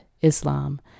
Islam